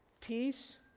peace